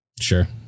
sure